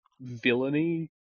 villainy